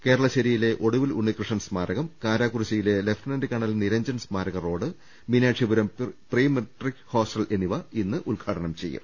കേരളശ്ശേരിയിലെ ഒടുവിൽ ഉണ്ണികൃഷ്ണൻ സ്മാരകം കാരാക്കുറുശ്ശിയിലെ ലഫ്നനന്റ് കേണൽ നിരഞ്ജൻ സ്മാരക റോഡ് മീനാക്ഷിപുരം പ്രീമെട്രിക് ഹോസ്റ്റൽ എന്നിവ ഇന്ന് ഉദ്ഘാടനം ചെയ്യും